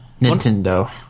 Nintendo